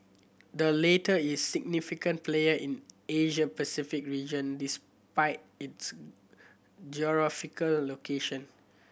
the latter is a significant player in Asia Pacific region despite its geographical location